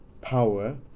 power